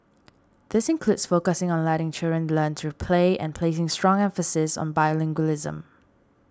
these include focusing on letting children learn through play and placing strong emphasis on bilingualism